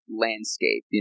landscape